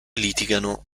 litigano